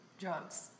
drugs